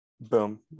Boom